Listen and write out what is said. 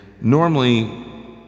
normally